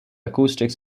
acoustics